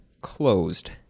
closed